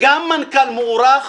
גם מנכ"ל מוערך,